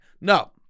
No